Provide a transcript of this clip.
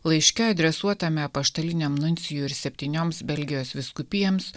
laiške adresuotame apaštaliniam nuncijui ir septynioms belgijos vyskupijoms